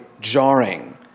jarring